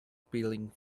peeling